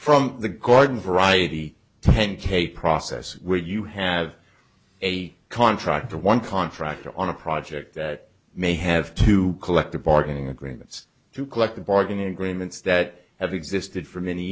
from the garden variety ten k process where you have a contractor one contractor on a project that may have two collective bargaining agreements to collective bargaining agreements that have existed for many